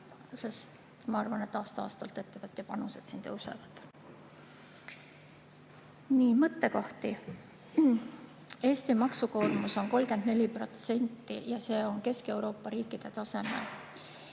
sest ma arvan, et aasta-aastalt ettevõtjate panused siin tõusevad. Nii, mõttekohti. Eesti maksukoormus on 34% ja see on Kesk-Euroopa riikide tasemel.